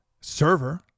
server